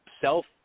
self